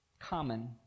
common